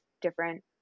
different